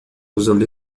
usando